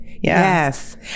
yes